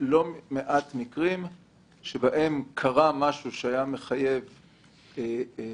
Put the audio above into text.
על לא מעט מקרים שבהם קרה משהו שחייב דיווח.